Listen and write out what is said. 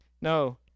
no